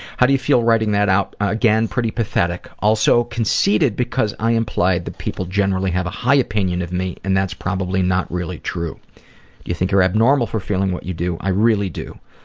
how do you feel writing that out? again, pretty pathetic also conceited because i implied that people generally have a high opinion of me and that's probably not really true. do you think you're abnormal for feeling what you do i really do.